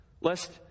Lest